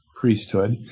priesthood